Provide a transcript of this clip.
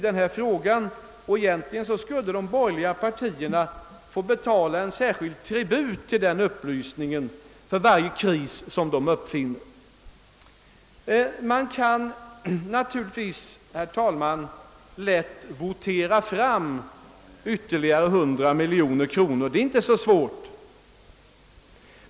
De borgerliga partierna skulle egentligen få betala en särskild tribut till den upplysningsverksamheten för varje kris som de uppfinner. Man kan naturligtvis lätt votera fram ytterligare 100 miljoner kronor.